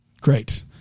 Great